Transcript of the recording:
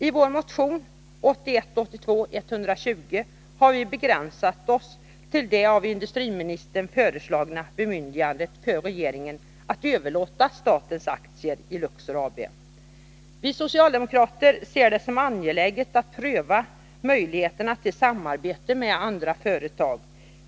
I vår motion 1981/82:120 har vi begränsat oss till det av industriministern föreslagna bemyndigandet för regeringen att överlåta statens aktier i Luxor AB. Vi socialdemokrater ser det som angeläget att pröva möjligheterna till samarbete med andra företag.